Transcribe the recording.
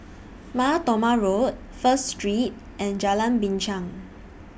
Mar Thoma Road First Street and Jalan Binchang